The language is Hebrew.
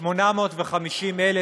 כ-850,000